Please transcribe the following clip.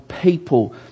people